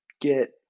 get